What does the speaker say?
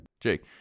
Jake